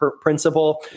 principle